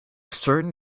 certain